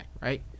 right